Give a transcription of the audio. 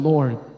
Lord